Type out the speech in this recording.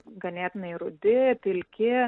ganėtinai rudi pilki